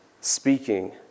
Speaking